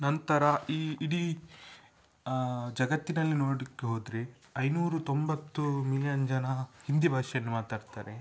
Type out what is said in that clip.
ನಂತರ ಈ ಇಡೀ ಜಗತ್ತಿನಲ್ಲಿ ನೋಡಕ್ಕೆ ಹೋದರೆ ಐನೂರ ತೊಂಬತ್ತು ಮಿಲಿಯನ್ ಜನ ಹಿಂದಿ ಭಾಷೆಯನ್ನು ಮಾತಾಡ್ತಾರೆ